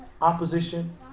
opposition